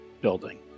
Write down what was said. building